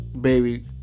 baby